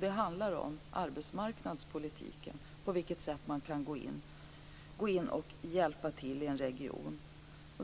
Det handlar då om arbetsmarknadspolitiken, om hur man kan gå in och hjälpa till i en region.